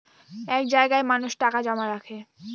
এক জায়গায় মানুষ টাকা জমা রাখে